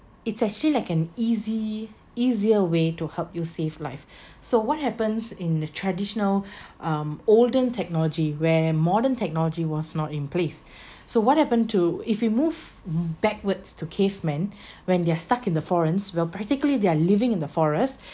it's actually like an easy easier way to help you save life so what happens in the traditional um olden technology where modern technology was not in place so what happen to if you move backwards to cavemen when they are stuck in the forest will practically they are living in the forest